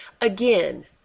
Again